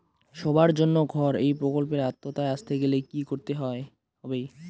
সবার জন্য ঘর এই প্রকল্পের আওতায় আসতে গেলে কি করতে হবে?